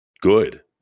Good